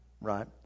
Right